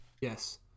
Yes